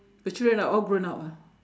my children are all grown up ah